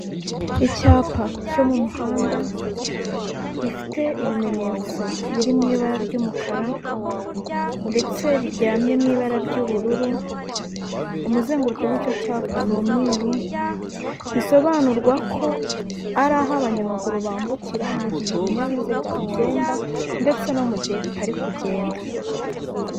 Icyapa cyo mu muhanda, gifite ibimenyetso biri mu ibara ry'umukara, ndetse biryamye mu ibara ry'ubururu, umuzenguruko w'icyo cyapa ni umweru, bisobanurwa ko ari aho abanyamaguru bambukira mu gihe ibinyabiziga bigenda, ndetse no mu gihe bitari kugenda.